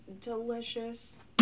delicious